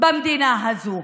במדינה הזאת.